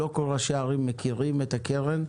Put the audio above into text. לא כל ראשי הערים מכירים את הקרן.